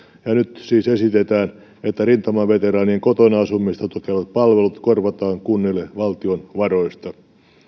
ja nyt siis esitetään että rintamaveteraanien kotona asumista tukevat palvelut korvataan kunnille valtion varoista